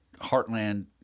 heartland